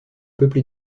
peuplé